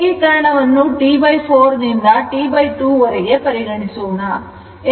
ಏಕೀಕರಣವನ್ನು T4 ದಿಂದ T2 ವರೆಗೆ ಪರಿಗಣಿಸೋಣ